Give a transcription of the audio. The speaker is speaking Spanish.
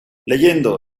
leyendo